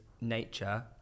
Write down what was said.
nature